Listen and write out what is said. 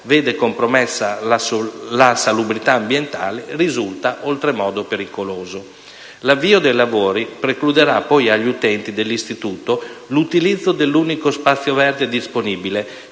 vede compromessa la salubrità ambientale, risulti oltremodo pericoloso. L'avvio dei lavori precluderà poi agli utenti dell'Istituto l'utilizzo dell'unico spazio verde disponibile,